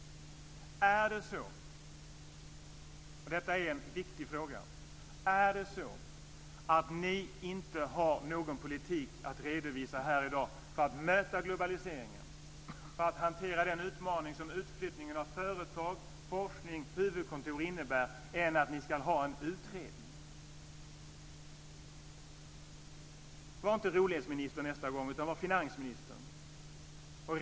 och detta är en viktig fråga - att ni inte har någon annan politik att redovisa här i dag för att möta globaliseringen, för att hantera den utmaning som utflyttningen av företag, forskning och huvudkontor innebär än att ni ska tillsätta en utredning? Var inte rolighetsminister nästa gång, utan var finansminister!